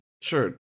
Sure